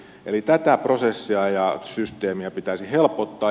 eli tätä prosessia ja systeemiä pitäisi helpottaa